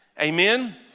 Amen